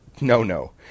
no-no